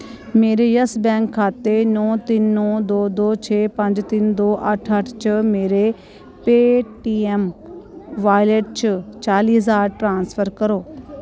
मेरे Yes bank खाते नौ तिन्न नौ दो दो छे पंज तिन्न दो अट्ठ अट्ठ च मेरे पेऽ टीऐम्म वालेट च चाली ज्हार ट्रांस्फर करो